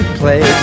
play